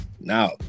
Now